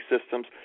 systems